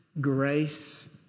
grace